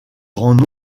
grand